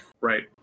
right